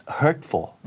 hurtful